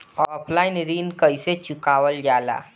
Offline ऋण कइसे चुकवाल जाला?